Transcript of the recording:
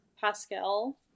Pascal